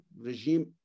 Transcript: regime